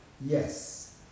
Yes